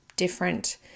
different